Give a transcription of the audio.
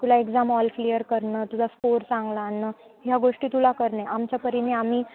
तुला exam all clear करणं तुला स्कोर चांगला आणणं ह्या गोष्टी तुला करणे आमच्या परीने आम्ही